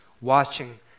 watching